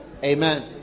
amen